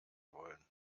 wollen